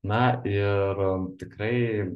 na ir tikrai